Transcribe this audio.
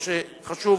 או שחשוב?